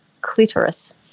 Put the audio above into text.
clitoris